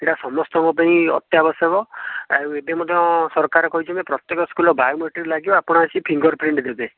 ଏଟା ସମସ୍ତଙ୍କ ପାଇଁ ଅତ୍ୟାବଶ୍ୟକ ଆଉ ଏବେ ମଧ୍ୟ ସରକାର କହିଛନ୍ତି ପ୍ରତ୍ୟେକ ସ୍କୁଲ ରେ ବାୟୋମେଟ୍ରିକ ଲାଗିବ ଆପଣ ଆସି ଫିଙ୍ଗର ପ୍ରିଣ୍ଟ ଦେବେ